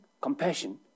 compassion